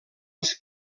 els